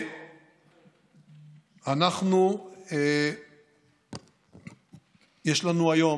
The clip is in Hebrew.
יש לנו היום,